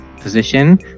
position